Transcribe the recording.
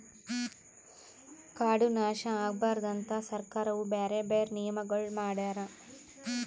ಕಾಡು ನಾಶ ಆಗಬಾರದು ಅಂತ್ ಸರ್ಕಾರವು ಬ್ಯಾರೆ ಬ್ಯಾರೆ ನಿಯಮಗೊಳ್ ಮಾಡ್ಯಾರ್